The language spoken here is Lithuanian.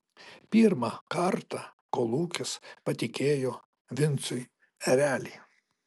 pirmą kartą kolūkis patikėjo vincui erelį